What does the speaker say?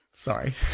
Sorry